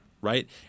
right